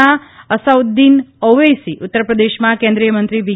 ના અસાઉદ્દીન ઔવેસી ઉત્તરપ્રદેશમાં કેન્દ્રીયમંત્રી વી